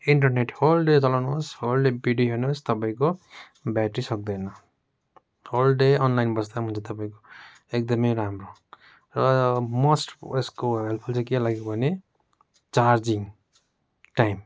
internet whole day चलाउनुहोस् whole day video हेर्नोस् तपाईँको ब्याट्री सक्दैन होल डे अनलाइन बस्दा पनि हुन्छ तपाईँको एकदमै राम्रो र मस्ट यसको ह्याल्पफुल चाहिँ के लाग्यो भने चार्जिङ टाइम